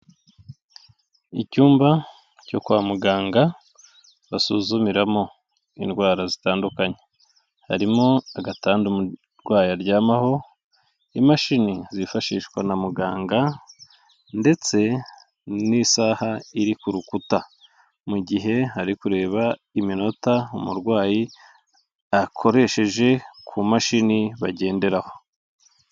Icyumba cyo kwa muganga basuzumiramo indwara zitandukanye, harimo agatanda umurwaya aryamaho, imashini zifashishwa na muganga ndetse n'isaha iri ku rukuta, mu gihe hari kureba iminota umurwayi akoresheje ku mashini bagenderaho.